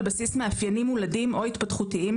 בסיס מאפיינים מולדים או התפתחותיים,